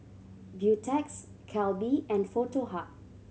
Beautex Calbee and Foto Hub